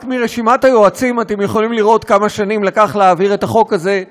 רק מרשימת היועצים אתם יכולים לראות כמה שנים לקח להעביר את החוק הזה,